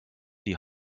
die